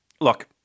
Look